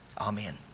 Amen